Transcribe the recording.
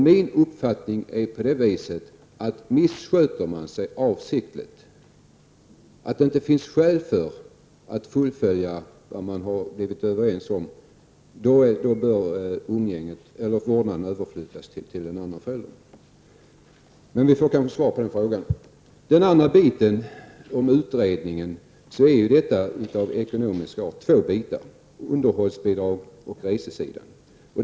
Min uppfattning är, att om en part avsiktligt missköter sig så att det inte finns skäl att fullfölja det som man har kommit överens om, då bör vårdnaden överflyttas till den andra föräldern. Men vi får kanske svar på den frågan senare. När det gäller utredningen rör det sig om två ekonomiska frågor: underhållsbidrag och resekostnader.